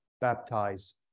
baptize